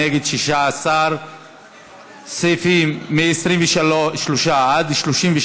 נגד, 16. סעיפים 23 32,